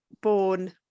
born